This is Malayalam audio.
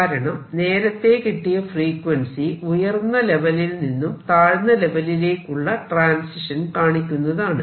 കാരണം നേരത്തെ കിട്ടിയ ഫ്രീക്വൻസി ഉയർന്ന ലെവലിൽ നിന്നും താഴ്ന്ന ലെവലിലേക്ക് ഉള്ള ട്രാൻസിഷൻ കാണിക്കുന്നതാണ്